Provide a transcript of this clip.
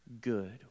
good